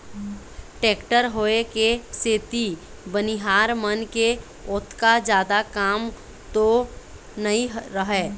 tractor होय के सेती बनिहार मन के ओतका जादा काम तो नइ रहय